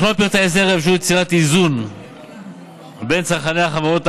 מכלול פרטי ההסדר יאפשר יצירת איזון בין צורכי החברות,